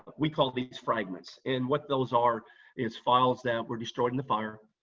we call these fragments, and what those are is files that were destroyed in the fire.